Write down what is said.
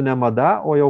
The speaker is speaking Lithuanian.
ne mada o jau